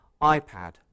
iPad